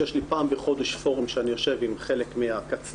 שיש לי פעם בחודש פורום שאני יושב עם חלק מהקצנ"עים.